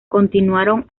continuaron